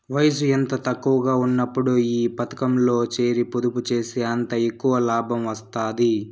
వయసు ఎంత తక్కువగా ఉన్నప్పుడు ఈ పతకంలో సేరి పొదుపు సేస్తే అంత ఎక్కవ లాబం వస్తాది